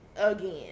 again